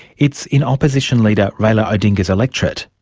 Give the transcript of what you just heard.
it's in opposition leader raila odinga's electorate.